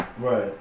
Right